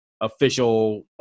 official